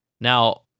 Now